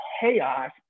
chaos